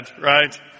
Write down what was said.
right